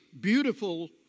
beautiful